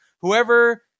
whoever